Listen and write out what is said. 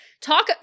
talk